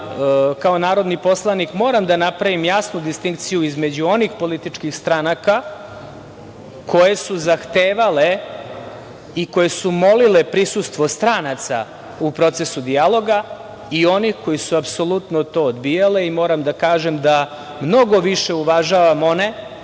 kao narodni poslanik moram da napravim jasnu distinkciju između onih političkih stranaka koje su zahtevale i koje su molile prisustvo stranaka u procesu dijaloga i onih koji su apsolutno to odbijale. Moram da kažem da mnogo više uvažavam one